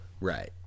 Right